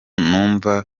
numva